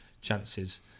chances